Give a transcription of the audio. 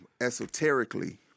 esoterically